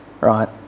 right